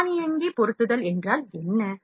தானியங்கி பொருத்துதல் என்றால் என்ன